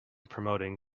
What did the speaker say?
promoting